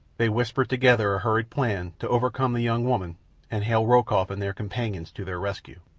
they whispered together a hurried plan to overcome the young woman and hail rokoff and their companions to their rescue.